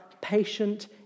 Patient